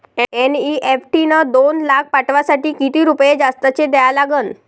NEFT न दोन लाख पाठवासाठी किती रुपये जास्तचे द्या लागन?